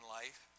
life